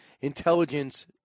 intelligence